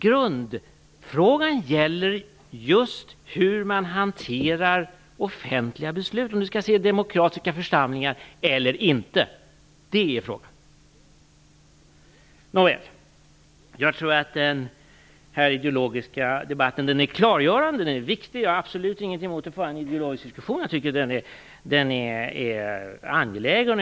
Grundfrågan gäller hur man hanterar offentliga beslut, om det skall ske i demokratiska församlingar eller inte. Det är frågan. Den här ideologiska debatten är naturligtvis klargörande och viktig, och jag har absolut ingenting emot att föra den. Jag tycker att den är angelägen.